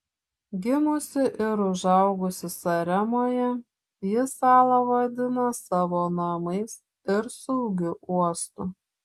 gimusi ir užaugusi saremoje ji salą vadina savo namais ir saugiu uostu